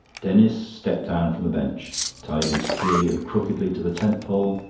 denis stepped down from the bench tied insecurely and crookedly to the tentpole,